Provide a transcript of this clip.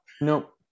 Nope